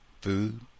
food